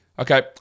Okay